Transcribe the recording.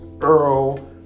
Earl